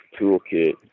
toolkit